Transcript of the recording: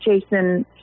Jason